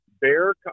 bear